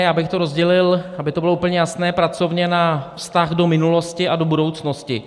Já bych to rozdělil, aby to bylo úplně jasné, pracovně na vztah do minulosti a do budoucnosti.